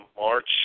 March